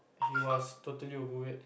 he was totally overweight